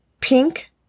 pink